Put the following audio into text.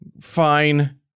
fine